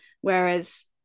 whereas